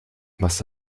was